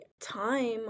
time